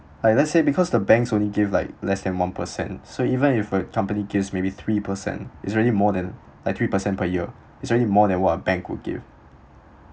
like let's say because the banks only give like less than one percent so even if a company gives maybe three percent it's already more than three percent per year it's already more than what a bank would give